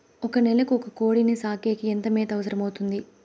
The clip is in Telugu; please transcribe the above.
ఒక నెలకు ఒక కోడిని సాకేకి ఎంత మేత అవసరమవుతుంది?